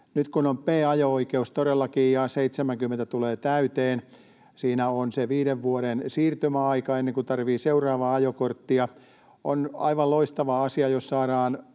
todellakin on B-ajo-oikeus ja 70 tulee täyteen, siinä on se viiden vuoden siirtymäaika, ennen kuin tarvitsee seuraavaa ajokorttia. On aivan loistava asia, jos saadaan